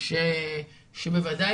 שבוודאי